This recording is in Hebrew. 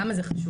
למה זה חשוב?